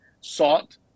sought